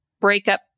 breakup